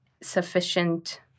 sufficient